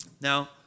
Now